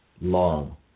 long